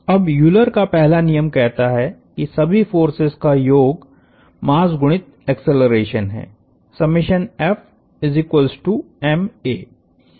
अब यूलर का पहला नियम कहता है कि सभी फोर्सेस का योग मास गुणित एक्सेलरेशन है